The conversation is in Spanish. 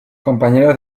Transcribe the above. compañeros